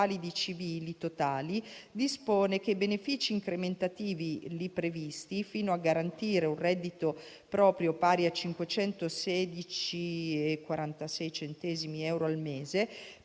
civili totali, dispone che i benefici incrementativi ivi previsti (fino a garantire un reddito proprio pari a 516,46 euro al mese,